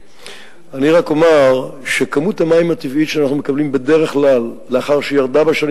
ומה יהיה שיעור המים המותפלים בכלל אספקת המים של מדינת ישראל בשנת